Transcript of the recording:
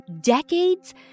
decades